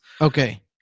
okay